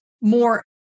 more